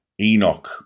Enoch